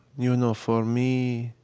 you and know, for me,